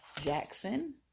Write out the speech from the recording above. Jackson